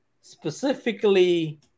specifically